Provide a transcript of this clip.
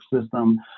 system